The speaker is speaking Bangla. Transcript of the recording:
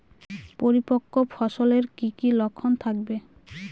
পরিপক্ক ফসলের কি কি লক্ষণ থাকবে?